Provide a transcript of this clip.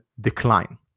decline